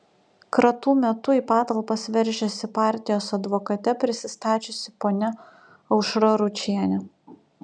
kratų metu į patalpas veržėsi partijos advokate prisistačiusi ponia aušra ručienė